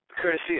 Courtesy